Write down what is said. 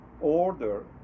order